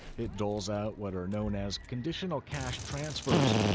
it doles out what are known as conditional cash transfers.